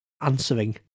answering